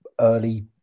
early